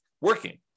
working